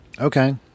Okay